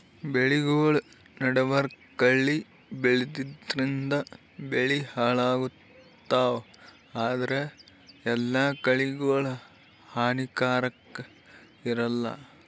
ಬೆಳಿಗೊಳ್ ನಡಬರ್ಕ್ ಕಳಿ ಬೆಳ್ಯಾದ್ರಿನ್ದ ಬೆಳಿ ಹಾಳಾಗ್ತಾವ್ ಆದ್ರ ಎಲ್ಲಾ ಕಳಿಗೋಳ್ ಹಾನಿಕಾರಾಕ್ ಇರಲ್ಲಾ